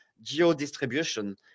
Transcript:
geo-distribution